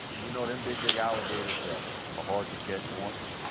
you know, them big, big alligators are ah hard to catch once,